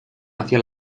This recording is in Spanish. hacia